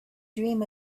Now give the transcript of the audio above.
dream